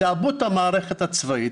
תעבו את המערכת הצבאית,